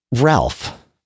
Ralph